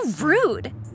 rude